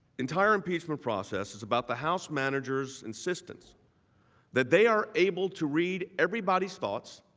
entire impeachment process is about the house managers insistence that they are able to read everybody's thoughts,